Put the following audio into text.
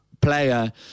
player